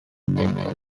medical